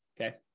Okay